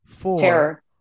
terror